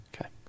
Okay